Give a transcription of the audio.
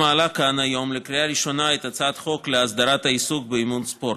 מעלים כאן היום לקריאה ראשונה את הצעת החוק להסדרת העיסוק באימון ספורט.